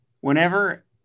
whenever